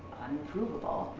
unprovable.